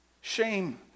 shame